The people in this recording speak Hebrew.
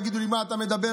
יגידו לי: מה אתה מדבר,